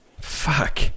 Fuck